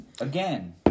Again